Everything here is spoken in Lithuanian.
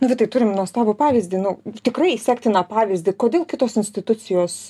nu vitai turim nuostabų pavyzdį nu tikrai sektiną pavyzdį kodėl kitos institucijos